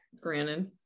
granted